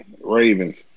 Ravens